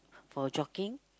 for jogging